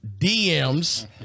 DMs